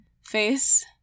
face